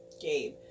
Gabe